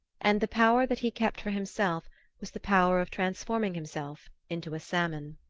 and the power that he kept for himself was the power of transforming himself into a salmon.